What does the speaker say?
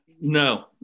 no